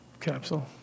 capsule